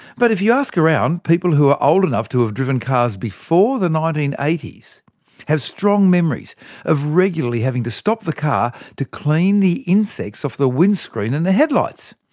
but if you around, people who are old enough to have driven cars before the nineteen eighty s have strong memories of regularly having to stop the car to clean the insects off the windscreen and the headlights.